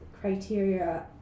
criteria